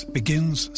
begins